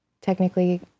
technically